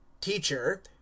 teacher